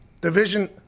Division